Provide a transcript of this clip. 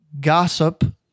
gossip